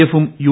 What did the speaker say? എഫും യു